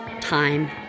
time